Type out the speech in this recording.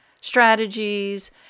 strategies